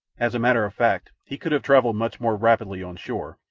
as a matter of fact, he could have travelled much more rapidly on shore,